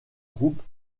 groupes